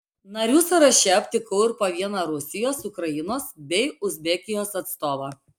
narių sąraše aptikau ir po vieną rusijos ukrainos bei uzbekijos atstovą